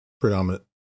predominant